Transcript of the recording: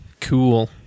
Cool